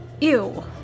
Ew